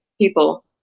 people